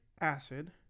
acid